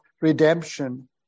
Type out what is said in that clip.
redemption